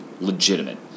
legitimate